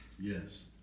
Yes